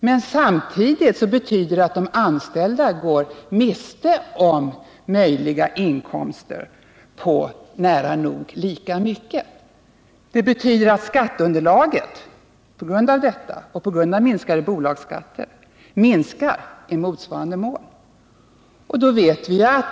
Men samtidigt betyder det att de anställda går miste om inkomster på nära nog lika mycket. Det betyder att skatteunderlaget på grund av detta och på grund av en minskning av bolagsskatterna försämras i motsvarande mån.